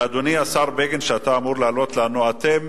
ואדוני השר בגין, שאתה אמור לענות לנו, אתם